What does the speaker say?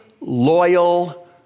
loyal